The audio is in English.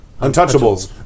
untouchables